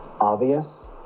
obvious